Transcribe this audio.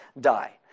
die